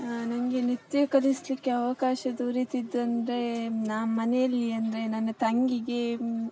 ನನಗೆ ನಿತ್ಯ ಕಲಿಸಲಿಕ್ಕೆ ಅವಕಾಶ ದೊರೆತಿದ್ದೆಂದರೆ ನಾನು ಮನೆಯಲ್ಲಿ ಅಂದರೆ ನನ್ನ ತಂಗಿಗೆ